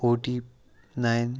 forty nine